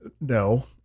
No